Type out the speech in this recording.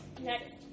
Next